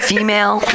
Female